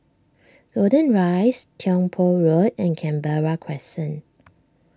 Golden Rise Tiong Poh Road and Canberra Crescent